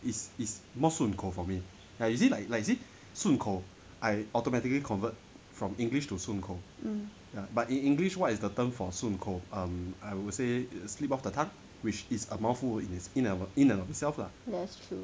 mm that's true